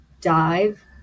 dive